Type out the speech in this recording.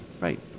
Right